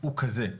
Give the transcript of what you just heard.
הוא כזה.